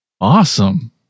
awesome